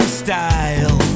style